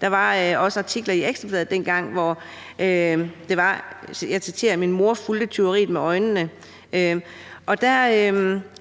der var også artikler i Ekstra Bladet dengang, og jeg citerer: Min mor fulgte tyveriet med øjnene.